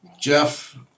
Jeff